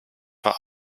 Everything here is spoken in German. vor